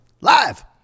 Live